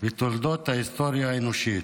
בתולדות ההיסטוריה האנושית.